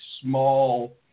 small